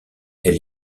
elle